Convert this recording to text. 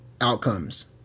outcomes